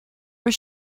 was